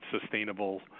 sustainable